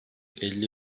elli